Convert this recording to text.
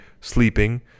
sleeping